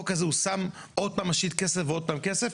הוא משית עוד ועוד כסף.